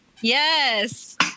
Yes